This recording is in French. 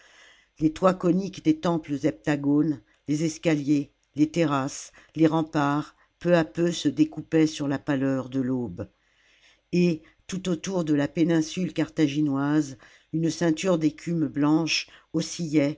les toits coniques des temples heptagones les escaliers les terrasses les remparts peu à peu se découpaient sur la pâleur de l'aube et tout autour de la péninsule carthaginoise une ceinture d'écume blanche